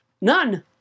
none